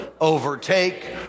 overtake